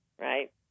Right